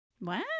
wow